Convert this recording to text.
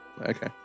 Okay